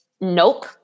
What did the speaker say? nope